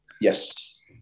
Yes